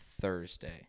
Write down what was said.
Thursday